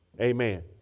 Amen